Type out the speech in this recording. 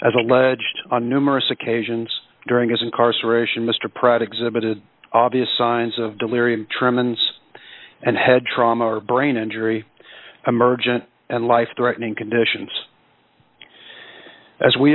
as alleged on numerous occasions during his incarceration mr pratt exhibited obvious signs of delirium tremens and head trauma or brain injury emergent and life threatening conditions as we